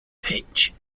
pitch